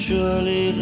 Surely